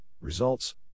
results